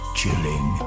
chilling